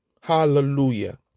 Hallelujah